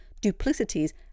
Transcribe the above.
duplicities